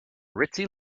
ritzy